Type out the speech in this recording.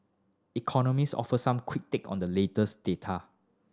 economist offer some quick take on the latest data